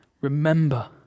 Remember